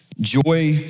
Joy